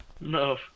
No